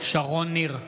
שרון ניר,